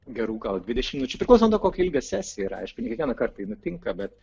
gerų gal dvidešimt minučių priklauso nuo to kokio ilgio sesija yra aišku ne kiekvieną kartą ji nutinka bet